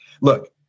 Look